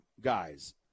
guys